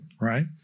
right